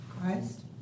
Christ